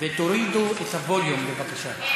תשב לידם, ותורידו את הווליום בבקשה.